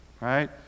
right